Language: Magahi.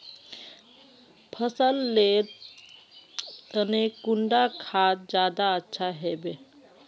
फसल लेर तने कुंडा खाद ज्यादा अच्छा हेवै?